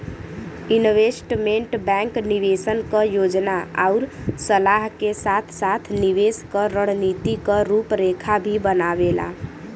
investment bank निवेश क योजना आउर सलाह के साथ साथ निवेश क रणनीति क रूपरेखा भी बनावेला